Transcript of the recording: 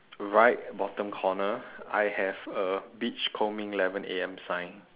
right bottom corner I have a beach combing eleven A_M sign